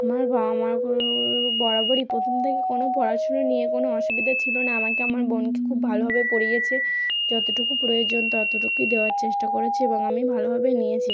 আমার বাবা মার বরাবরই প্রথম থেকে কোনো পড়াশুনো নিয়ে কোনো অসুবিধা ছিলো না আমাকে আমার বোনকে খুব ভালোভাবে পড়িয়েছে যতটুকু প্রয়োজন ততটুকুই দেওয়ার চেষ্টা করেছে এবং আমি ভালোভাবেই নিয়েছি